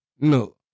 No